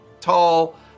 tall